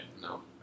no